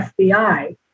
FBI